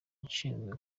nshinzwe